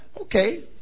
Okay